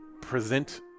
present